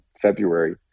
February